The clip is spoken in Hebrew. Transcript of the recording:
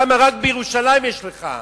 כמה רק בירושלים יש לך?